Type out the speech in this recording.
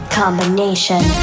combination